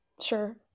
Sure